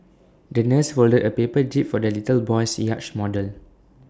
the nurse folded A paper jib for the little boy's yacht model